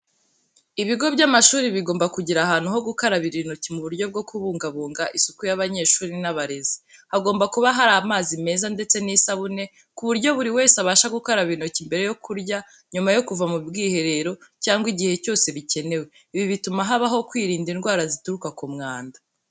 Ibigo by'amashuri bigomba kugira ahantu ho gukarabira intoki mu buryo bwo kubungabunga isuku y'abanyeshuri n’abarezi. Hagomba kuba hari amazi meza ndetse n'isabune, ku buryo buri wese abasha gukaraba intoki mbere yo kurya, nyuma yo kuva mu bwiherero, cyangwa igihe cyose bikenewe. Ibi bituma habaho kwirinda indwara zituruka ku mwanda.